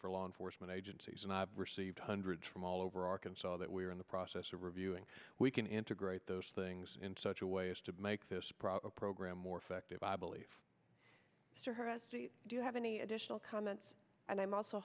for law enforcement agencies and i've received hundreds from all over arkansas that we are in the process of reviewing we can integrate those things in such a way as to make this program more effective i believe do you have any additional comments and i'm also